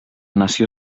nació